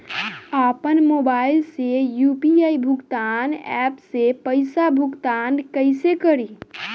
आपन मोबाइल से यू.पी.आई भुगतान ऐपसे पईसा भुगतान कइसे करि?